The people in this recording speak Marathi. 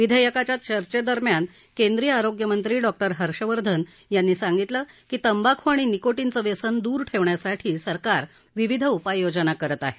विधेयकाच्या चर्घेदरम्यान केंद्रीय आरोग्यनंत्री डॉक्टर हर्षवर्धन यांनी सांगितलं की तंबाखू आणि निकोटीनचं व्यसन दूर ठेवण्यासाठी सरकार विविध उपाययोजना करत आहे